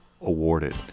awarded